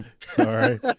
Sorry